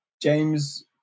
James